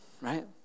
right